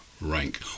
rank